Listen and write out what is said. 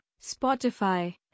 Spotify